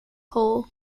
hull